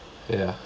ya